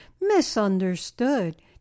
misunderstood